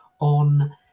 on